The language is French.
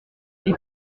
les